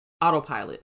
autopilot